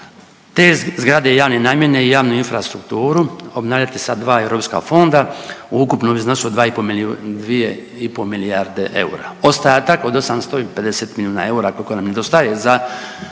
te zgrade javne namjene i javnu infrastrukturu obnavljati sa dva europska fonda u ukupnom iznosu od 2,5 milijarde eura. Ostatak od 850 milijuna eura koliko nam nedostaje za